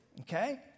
okay